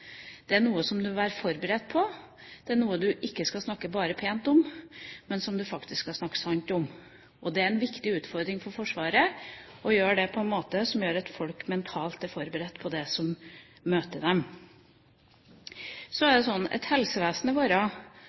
Det er noe som man bør være forberedt på. Det er noe man ikke bare skal snakke pent om, men som man faktisk skal snakke sant om. Det er en viktig utfordring for Forsvaret å gjøre det på en måte som gjør at folk mentalt er forberedt på det som møter dem. Så er det slik at helsevesenet vårt